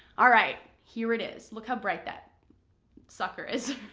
alright, here it is. look how bright that sucker is,